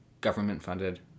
government-funded